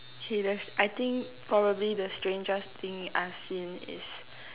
okay there's I think probably the strangest thing I've seen is